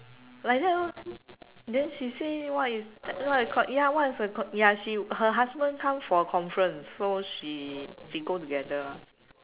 like that lor then she say what is called ya what is a ya she her husband come for a conference so she they go together